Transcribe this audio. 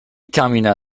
termina